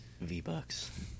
V-Bucks